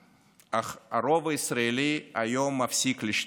אך הרוב הישראלי היום מפסיק לשתוק.